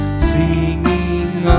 singing